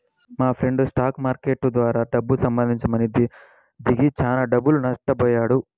మాఫ్రెండు stock market ద్వారా డబ్బు సంపాదిద్దామని దిగి చానా డబ్బులు నట్టబొయ్యాడు